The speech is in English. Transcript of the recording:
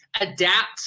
Adapt